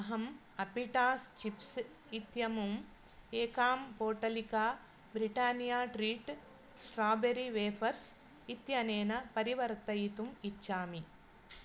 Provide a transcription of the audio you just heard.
अहम् आपिटास् चिप्स् इत्यमुं एकां पोटलिका ब्रिटानिया ट्रीट् स्ट्राबेरी वेफर्स् इत्यनेन परिवर्तयितुम् इच्छामि